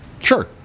Sure